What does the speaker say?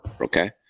okay